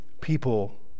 people